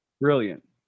brilliant